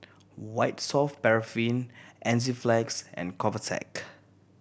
White Soft Paraffin Enzyplex and Convatec